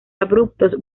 abruptos